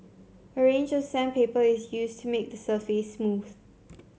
a range of sandpaper is used to make the surface smooth